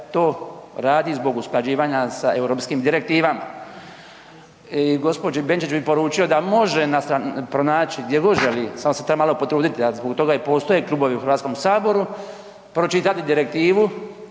to radi zbog usklađivanja sa europskim direktivama. Gospođi Benčić bi poručio da može pronaći gdje god želi, samo se treba malo potruditi, a zbog toga i postoje klubovi u HS-u, pročitati direktivu